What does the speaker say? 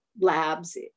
labs